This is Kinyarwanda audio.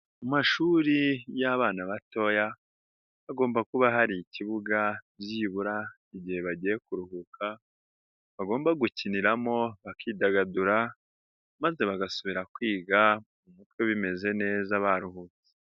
Amashuri y'abana batoya, hagomba kuba hari ikibuga byibura igihe bagiye kuruhuka, bagomba gukiniramo bakidagadura maze bagasubira kwiga mu mutwe bimeze neza baruhutse.